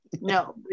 No